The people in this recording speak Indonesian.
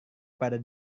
pada